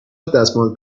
دستمال